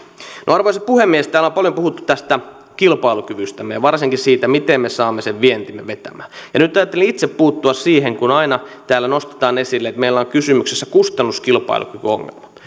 arvoisa puhemies täällä on paljon puhuttu tästä kilpailukyvystämme ja varsinkin siitä miten me saamme sen vientimme vetämään nyt ajattelin itse puuttua siihen kun aina täällä nostetaan esille että meillä on kysymyksessä kustannuskilpailukykyongelma